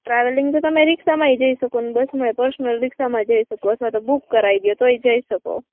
travelling તો તમે રિક્ષામાં ય જઈ શકોને બસમાં પર્સનલ રિક્ષામાં જઈ શકો છો અથવા તે બૂક કરાવી દ્યો તોય જઈ શકો